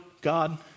God